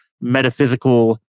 metaphysical